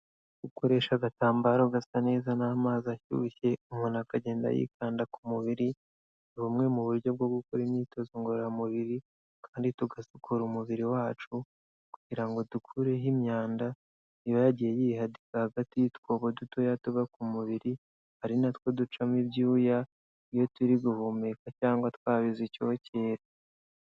Gukoresha agatambaro gasa neza n'amazi ashyushye umuntu akagenda yikanda ku mubiri, ni bumwe mu buryo bwo gukora imyitozo ngororamubiri kandi tugasukura umubiri wacu kugira ngo dukureho imyanda iba yagiye yihadarika hagati y'utwobo dutoya tuba ku mubiri, ari natwo ducamo ibyuya iyo turi guhumeka cyangwa twabize icyokerera.